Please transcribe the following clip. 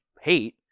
hate